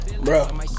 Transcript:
Bro